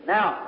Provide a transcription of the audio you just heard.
Now